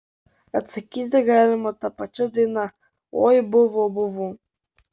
atsakyti galima ta pačia daina oi buvo buvo